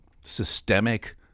systemic